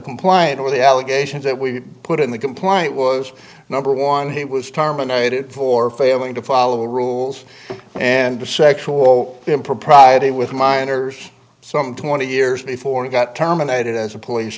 compliant with the allegations that we put in the compliant was number one he was terminated for failing to follow the rules and to sexual impropriety with minors some twenty years before he got terminated as a police